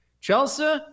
chelsea